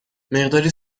مقداری